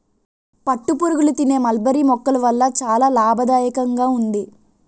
పట్టుపురుగులు తినే మల్బరీ మొక్కల వల్ల చాలా లాభదాయకంగా ఉంది